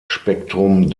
spektrum